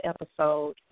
episode